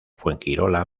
fuengirola